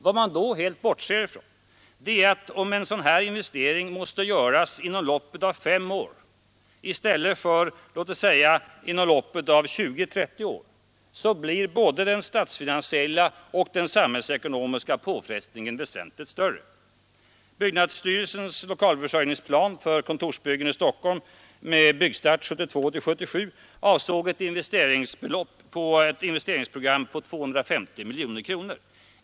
Vad man helt bortser från är att om en sådan investering måste göras inom loppet av fem år i stället för att spridas ut på t.ex. 20—30 år, så blir både den statsfinansiella och den samhällsekonomiska påfrestningen väsentligt större. Byggnadsstyrelsens lokalförsörjningsplan för kontorsbyggen i Stockholm med byggstart 1972—1977 avsåg ett investeringsprogram på 250 miljoner kronor.